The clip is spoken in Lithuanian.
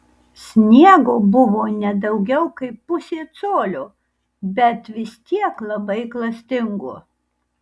sniego buvo ne daugiau kaip pusė colio bet vis tiek labai klastingo